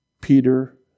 Peter